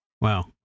Wow